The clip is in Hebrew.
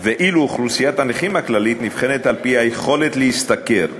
ואילו אוכלוסיית הנכים הכללית נבחנת על-פי היכולת להשתכר,